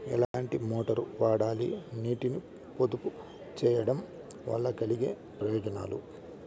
ఎట్లాంటి మోటారు వాడాలి, నీటిని పొదుపు సేయడం వల్ల కలిగే ప్రయోజనాలు?